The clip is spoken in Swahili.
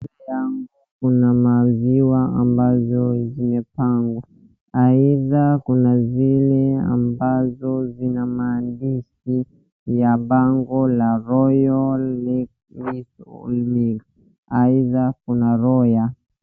Mbele yangu kuna maziwa ambazo zimepangwa, aidha kuna zile ambazo zina na maandishi ya bango la royal milk aidha kuna royal